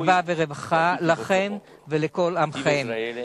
שלווה ורווחה לכם ולכל עמכם.